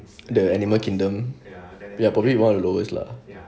the animal kindom we are probably one of the lowest lah